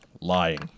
Lying